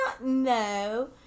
no